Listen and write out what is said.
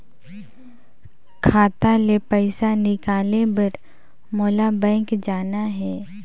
खाता ले पइसा निकाले बर मोला बैंक जाना हे?